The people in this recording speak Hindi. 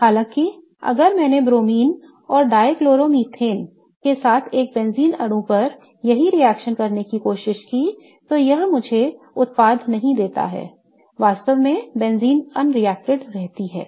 हालांकि अगर मैंने Br2 और डाइक्लोरोमेथेन के साथ एक बेंजीन अणु पर यह रिएक्शन करने की कोशिश की तो यह मुझे उत्पाद नहीं देता है वास्तव में बेंजीन unreacted रहती है